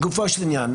לגופו של עניין,